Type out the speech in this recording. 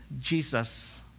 Jesus